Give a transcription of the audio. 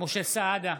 משה סעדה,